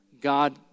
God